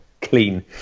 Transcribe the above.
clean